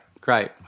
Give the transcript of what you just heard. great